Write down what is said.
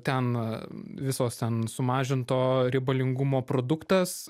ten visos ten sumažinto riebalingumo produktas